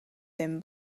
thin